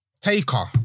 Taker